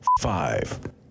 five